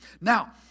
now